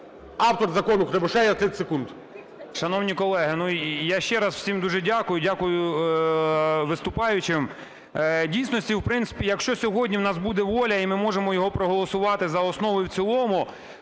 Автор закону – Кривошея, 30 секунд.